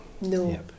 No